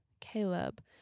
Caleb